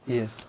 Yes